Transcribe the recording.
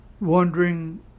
Wondering